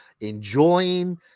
enjoying